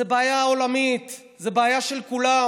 זו בעיה עולמית, זו בעיה של כולם.